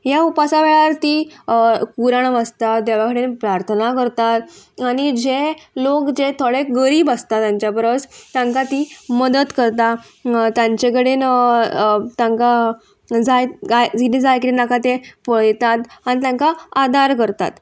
ह्या उपासा वेळार ती कुराण आसता देवा कडेन प्रार्थना करतात आनी जे लोक जे थोडे गरीब आसता तांच्या परस तांकां ती मदत करता तांचे कडेन तांकां जाय जी जाय कितें नाका ते पळयतात आनी तांकां आदार करतात